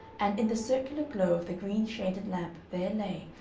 and in the circular glow of the green-shaded lamp there lay,